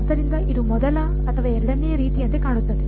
ಆದ್ದರಿಂದ ಇದು ಮೊದಲ ಅಥವಾ ಎರಡನೆಯ ರೀತಿಯಂತೆ ಕಾಣುತ್ತದೆ